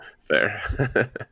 Fair